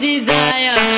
desire